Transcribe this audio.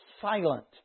silent